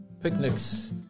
Picnics